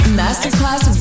masterclass